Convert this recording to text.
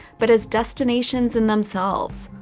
but as destinations in themselves,